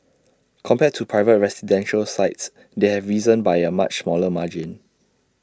compared to private residential sites they have risen by A much smaller margin